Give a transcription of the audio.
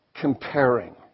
comparing